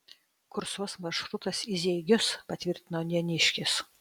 kursuos maršrutas į zeigius patvirtino neniškis